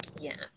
Yes